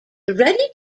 ready